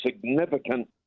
significant